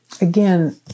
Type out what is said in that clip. Again